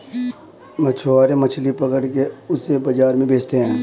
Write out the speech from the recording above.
मछुआरे मछली पकड़ के उसे बाजार में बेचते है